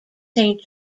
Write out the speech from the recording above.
saint